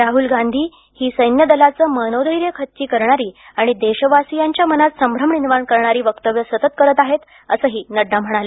राहुल गांधी सैन्यदलाचं मनोधैर्य खच्ची करणारी आणि देशवासीयांच्या मनात संभ्रम निर्माण करणारी वक्तव्यं सतत करत आहेत असंही नड्डा म्हणाले